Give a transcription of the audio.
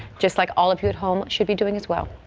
just like all of you at home should be doing as well.